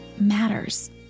matters